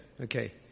Okay